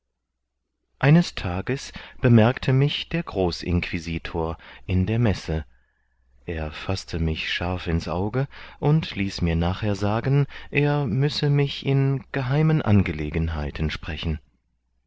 eines tages bemerkte mich der großinquisitor in der messe er faßte mich scharf ins auge und ließ mir nachher sagen er müsse mich in geheimen angelegenheiten sprechen